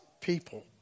people